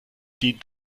dient